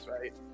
right